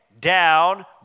down